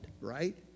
right